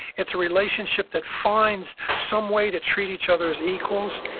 it's a relationship that finds some way to treat each other as equals.